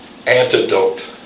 Antidote